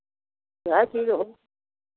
इहे चीज़ हो